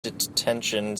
detention